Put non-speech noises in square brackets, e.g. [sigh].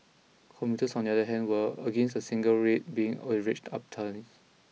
commuters on the other hand were against a single rate being averaged [unintelligible]